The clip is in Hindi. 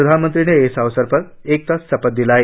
प्रधानमंत्री ने इस अवसर पर एकता शपथ दिलाई